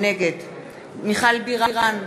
נגד מיכל בירן,